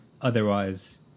otherwise